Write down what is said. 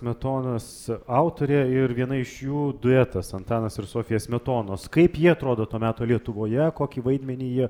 smetonas autorė ir viena iš jų duetas antanas ir sofija smetonos kaip jie atrodo to meto lietuvoje kokį vaidmenį jie